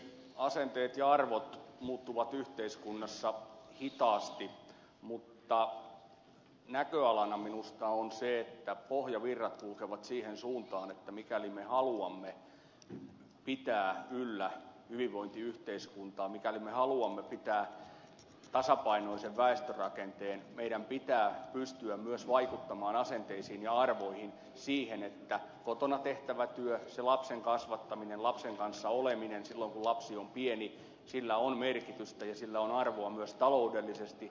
asenteet ja arvot muuttuvat yhteiskunnassa hitaasti mutta näköalana minusta on se että pohjavirrat kulkevat siihen suuntaan että mikäli me haluamme pitää yllä hyvinvointiyhteiskuntaa mikäli me haluamme pitää tasapainoisen väestörakenteen meidän pitää pystyä myös vaikuttamaan asenteisiin ja arvoihin siten että kotona tehtävällä työllä lapsen kasvattamisella lapsen kanssa olemisella silloin kun lapsi on pieni on merkitystä ja arvoa myös taloudellisesti